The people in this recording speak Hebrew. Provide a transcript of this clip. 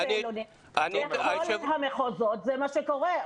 ------ בכל המחוזות זה מה שקורה.